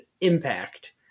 impact